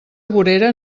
vorera